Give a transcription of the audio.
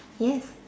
yes